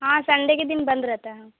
ہاں سنڈے کے دن بند رہتا ہے